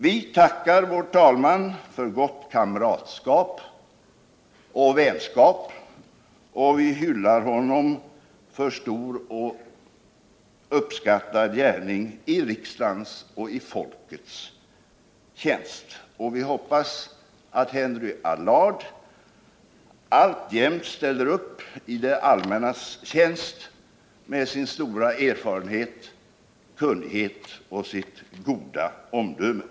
Vi tackar vår talman för gott kamratskap och vänskap, och vi hyllar honom för stor och uppskattad gärning i riksdagens och folkets tjänst. Vi hoppas att Henry Allard alltjämt ställer upp i det allmännas tjänst med sin stora erfarenhet och kunnighet och sitt goda omdöme.